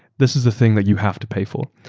this is the thing that you have to pay for.